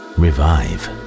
revive